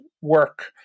work